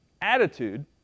Attitude